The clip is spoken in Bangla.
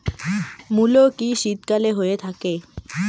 মূলো কি শীতকালে হয়ে থাকে?